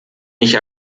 nicht